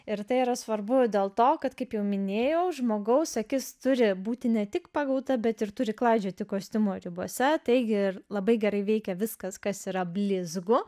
ir tai yra svarbu dėl to kad kaip jau minėjau žmogaus akis turi būti ne tik pagauta bet ir turi klaidžioti kostiumo ribose taigi ir labai gerai veikia viskas kas yra blizgu